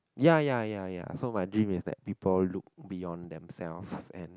ya ya ya ya so my dream is that people look beyond themselves and